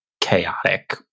chaotic